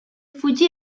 fuji